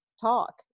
talk